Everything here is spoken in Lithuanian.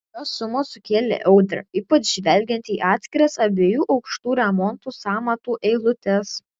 šios sumos sukėlė audrą ypač žvelgiant į atskiras abiejų aukštų remonto sąmatų eilutes